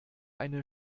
eine